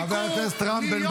ריבונו של עולם, חברת הכנסת ביטון.